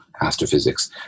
astrophysics